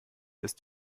ist